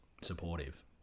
supportive